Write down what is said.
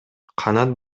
канат